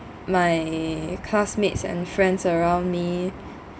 my classmates and friends around me